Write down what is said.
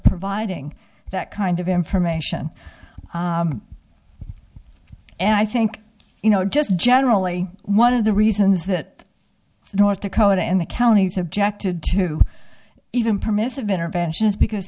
providing that kind of information and i think you know just generally one of the reasons that north dakota and the counties objected to even permissive intervention is because